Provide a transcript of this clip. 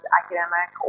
academic